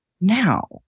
now